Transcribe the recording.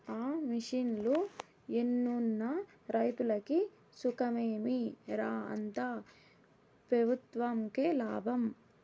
ఆ మిషన్లు ఎన్నున్న రైతులకి సుఖమేమి రా, అంతా పెబుత్వంకే లాభం